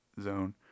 zone